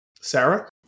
Sarah